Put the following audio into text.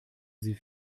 sie